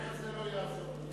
הזה לא יעזור.